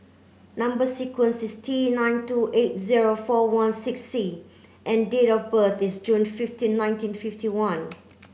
number sequence is T nine two eight zero four one six C and date of birth is June fifteen nineteen fifty one